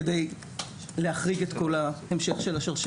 זה כדי להחריג את כל המשך השרשרת.